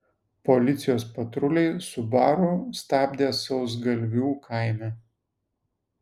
policijos patruliai subaru stabdė sausgalvių kaime